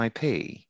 IP